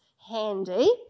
handy